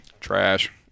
Trash